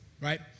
Right